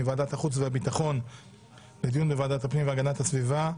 מוועדת החוץ והביטחון לדיון בוועדת הפנים והגנת הסביבה: